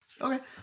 Okay